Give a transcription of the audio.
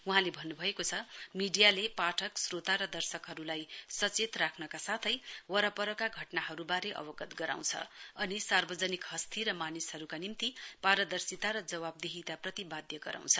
वहाँले भन्नुभएको छ मीडियाले पाठक श्रोता र दर्शकहरूलाई सचेत राख्रका साथै वरपरका घटनाहरूबारे अवगत गराउँछ अनि सार्वजनिक हस्थी र मानिसहरूका निम्ति पारदर्शिता र जवाहदेहिताप्रति वाध्य गराउँछ